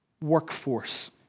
Workforce